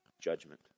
judgment